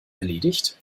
erledigt